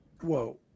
Whoa